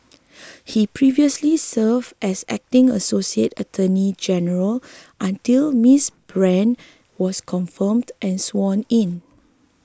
he previously served as acting associate attorney general until Ms Brand was confirmed and sworn in